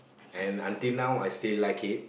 and until now I still like it